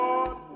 Lord